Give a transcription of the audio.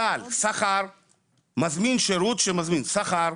כלל, מזמין שירות שמזמין שכר,